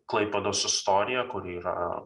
klaipėdos istoriją kuri yra